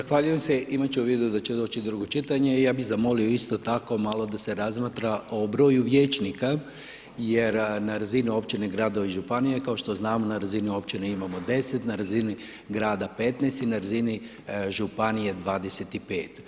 Zahvaljujem se, imat ću u vidu da će doći drugo čitanje i ja bi zamolimo isto tako malo da se razmatra o broju vijećnika jer na razini općine, gradova i županija je kao što znamo, na razini općine imamo 10, na razini grada 15 i na razini županije 25.